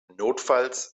notfalls